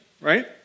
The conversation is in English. right